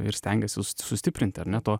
ir stengėsi su sustiprinti ar ne tuo